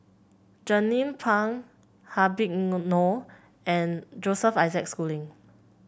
Jernnine Pang Habib Noh Noh and Joseph Isaac Schooling